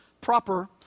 proper